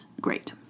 great